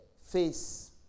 face